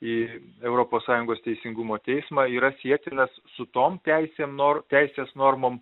į europos sąjungos teisingumo teismą yra sietinas su tom teisėm nor teisės normom